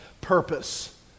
purpose